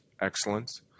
excellence